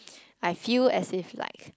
I feel as if like